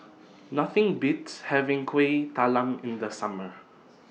Nothing Beats having Kuih Talam in The Summer